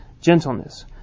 gentleness